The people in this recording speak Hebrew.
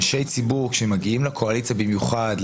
אנשי ציבור, כשמגיעים לקואליציה, במיוחד לממשלה,